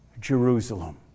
Jerusalem